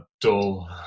dull